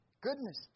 goodness